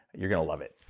you're going to love it